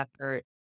effort